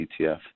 ETF